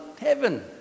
heaven